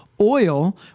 oil